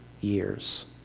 years